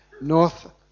north